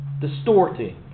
distorting